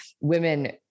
women